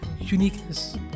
uniqueness